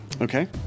Okay